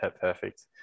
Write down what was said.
perfect